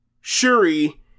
Shuri